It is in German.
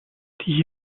die